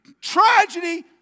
tragedy